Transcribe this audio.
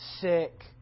sick